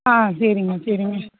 ஆ சரிங்க சரிங்க